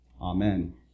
Amen